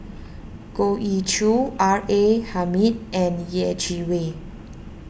Goh Ee Choo R A Hamid and Yeh Chi Wei